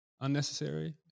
unnecessary